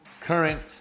current